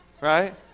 right